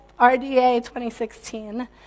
RDA2016